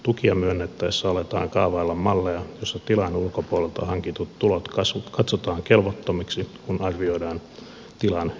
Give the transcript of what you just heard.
tukia myönnettäessä aletaan kaavailla malleja joissa tilan ulkopuolelta hankitut tulot katsotaan kelvottomiksi kun arvioidaan tilan elinkelpoisuutta